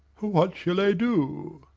what shall i do?